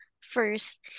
First